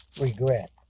regret